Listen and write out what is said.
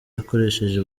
akoresheje